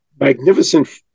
magnificent